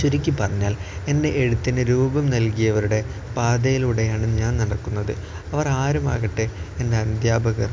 ചുരുക്കി പറഞ്ഞാൽ എൻ്റെ എഴുത്തിന് രൂപം നൽകിയവരുടെ പാതയിലൂടെയാണ് ഞാൻ നടക്കുന്നത് അവർ ആരുമാകട്ടെ എൻ്റെ അധ്യാപക